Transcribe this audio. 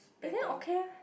eh then okay eh